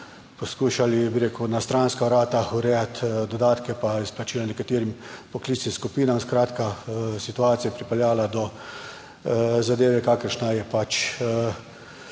poskušali, bi rekel, na stranska vrata urejati dodatke pa izplačila nekaterim poklicnim skupinam. Skratka, situacija je pripeljala do zadeve, kakršna je pač,